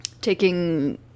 taking